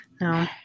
No